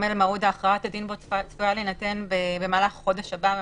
כרמל מעודה צפויה להינתן במהלך החודש הבא,